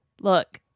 Look